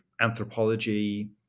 anthropology